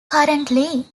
currently